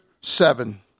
seven